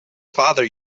father